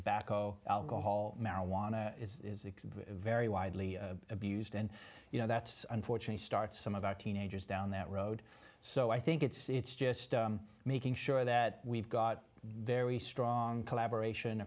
tobacco alcohol marijuana is very widely abused and you know that's unfortunate start some of our teenagers down that road so i think it's just making sure that we've got very strong collaboration